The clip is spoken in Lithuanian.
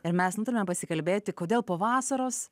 ir mes nutarėme pasikalbėti kodėl po vasaros